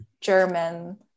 German